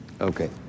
Okay